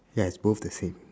ya it's both the same